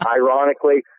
ironically